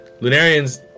Lunarians